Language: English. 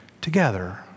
together